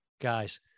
guys